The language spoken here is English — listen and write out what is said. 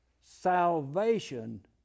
salvation